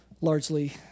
largely